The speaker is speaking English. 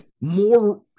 more –